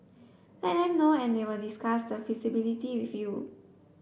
let them know and they will discuss the feasibility with you